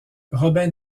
robin